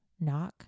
knock